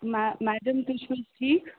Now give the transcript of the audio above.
مےٚ میڈَم تُہۍ چھُو حظ ٹھیٖک